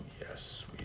yes